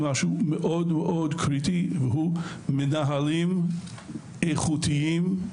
חסרים מנהלים איכותיים,